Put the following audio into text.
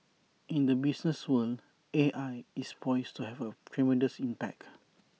in the business world A I is poised to have A tremendous impact